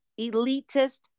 elitist